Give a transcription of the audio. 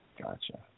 Gotcha